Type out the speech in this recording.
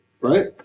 right